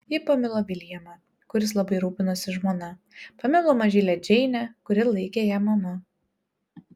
ji pamilo viljamą kuris labai rūpinosi žmona pamilo mažylę džeinę kuri laikė ją mama